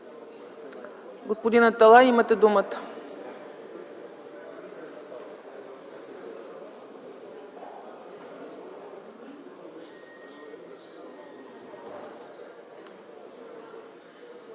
Господин Аталай, имате думата.